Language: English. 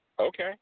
okay